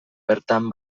bertan